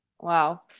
Wow